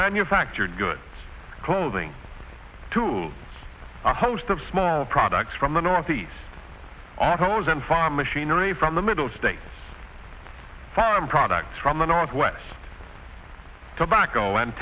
manufactured goods clothing tools a host of smaller products from the northeast autos and farm machinery from the middle state farm products from the northwest tobacco and